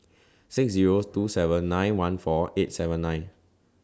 six Zero two seven nine one four eight seven nine